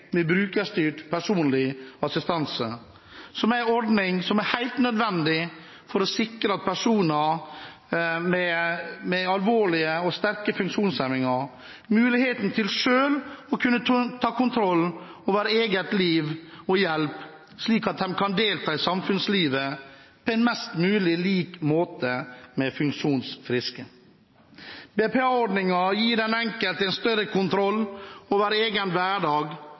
med brukerstyrt personlig assistanse, som er en ordning som er helt nødvendig for å sikre personer med alvorlige og sterke funksjonshemninger muligheten til selv å kunne ta kontroll over eget liv og hjelp, slik at de kan delta i samfunnslivet på en mest mulig lik måte som funksjonsfriske. BPA-ordningen gir den enkelte større kontroll over egen